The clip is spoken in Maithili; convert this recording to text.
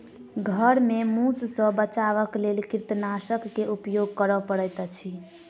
घर में मूस सॅ बचावक लेल कृंतकनाशक के उपयोग करअ पड़ैत अछि